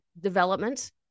development